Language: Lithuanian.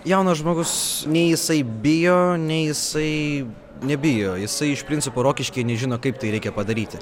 jaunas žmogus nei jisai bijo nei jisai nebijo jisai iš principo rokiškyje nežino kaip tai reikia padaryti